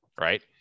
right